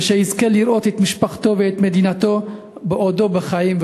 ושיזכה לראות את משפחתו ואת מדינתו בעודו בחיים,